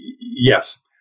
yes